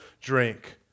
drink